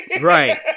Right